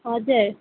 हजुर